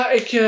ik